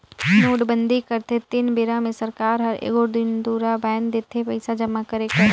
नोटबंदी करथे तेन बेरा मे सरकार हर एगोट दिन दुरा बांएध देथे पइसा जमा करे कर